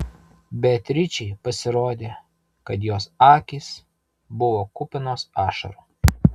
beatričei pasirodė kad jos akys buvo kupinos ašarų